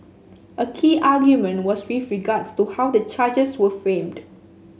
a key argument was with regards to how the charges were framed